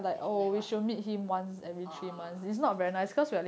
as in like what orh